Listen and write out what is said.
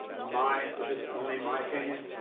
my, this is only my opinion.